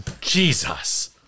Jesus